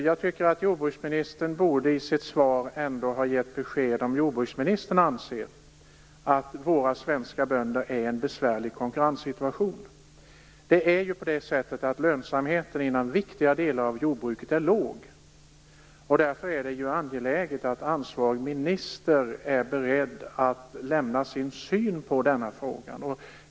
Jag tycker att jordbruksministern i sitt svar borde ha givit besked om huruvida hon anser att våra svenska bönder är i en besvärlig konkurrenssituation. Lönsamheten inom viktiga delar av jordbruket är ju låg, och det är därför angeläget att ansvarig minister är beredd att lämna sin syn på denna fråga.